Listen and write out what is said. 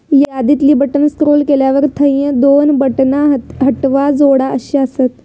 यादीतली बटण स्क्रोल केल्यावर थंय दोन बटणा हटवा, जोडा अशी आसत